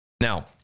Now